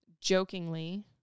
jokingly